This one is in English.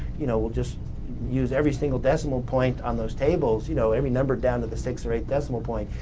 you know, will just use every single decimal point on those tables, you know, every number down to the sixth or eighth decimal point,